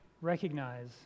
recognize